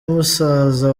musaza